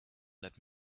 let